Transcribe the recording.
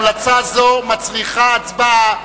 המלצה זו מצריכה הצבעה,